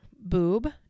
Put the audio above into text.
boob